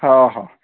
हा हा